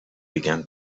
began